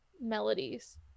melodies